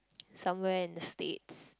somewhere in the States